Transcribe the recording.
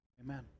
Amen